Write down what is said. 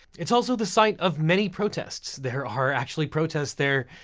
it's also the site of many protests. there are actually protests there,